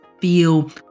feel